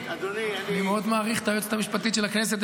אני מאוד מעריך את היועצת המשפטית של הכנסת,